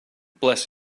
bless